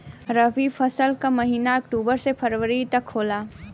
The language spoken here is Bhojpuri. रवी फसल क महिना अक्टूबर से फरवरी तक होला